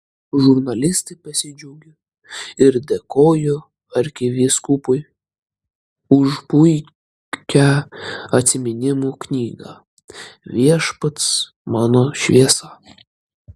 žurnalistai pasidžiaugė ir dėkojo arkivyskupui už puikią atsiminimų knygą viešpats mano šviesa